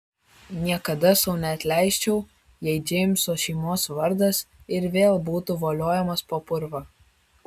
niekada sau neatleisčiau jei džeimso šeimos vardas ir vėl būtų voliojamas po purvą